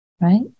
right